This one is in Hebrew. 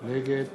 נגד